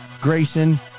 Grayson